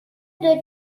دوجین